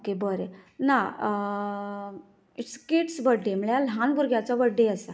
okay बरें ना it's kids birthday म्हणल्यार ल्हान भुरग्याचो बड्डे आसा